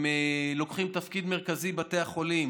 בתי החולים